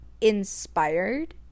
inspired